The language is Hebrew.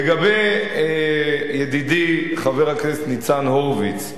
לגבי ידידי חבר הכנסת ניצן הורוביץ.